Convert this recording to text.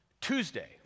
Tuesday